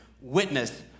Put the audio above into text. witness